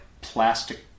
plastic